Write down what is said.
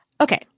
Okay